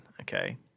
Okay